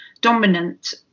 dominant